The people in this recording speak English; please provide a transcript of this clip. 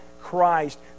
Christ